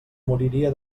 moriria